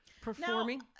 performing